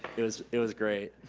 it was it was great.